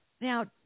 now